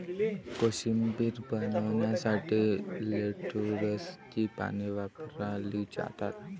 कोशिंबीर बनवण्यासाठी लेट्युसची पाने वापरली जातात